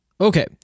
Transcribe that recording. Okay